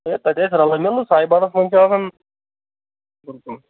ہے تَتہِ ٲسۍ رَلہٕ مِلہٕ سایہِ بانَس منٛز چھِ آسان بالکل